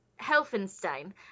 Helfenstein